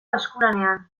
eskulanean